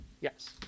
Yes